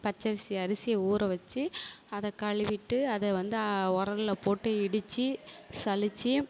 பச்சரிசி அரிசியை ஊறவச்சு அதை கழுவிட்டு அதை வந்து ஒரலுல போட்டு இடிச்சி சலிச்சி